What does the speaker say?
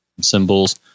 symbols